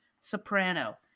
soprano